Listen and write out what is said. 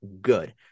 Good